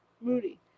Moody